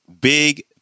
Big